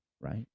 right